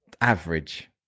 Average